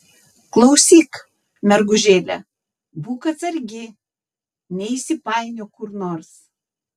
klausyk mergužėle būk atsargi neįsipainiok kur nors